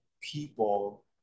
people